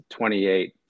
28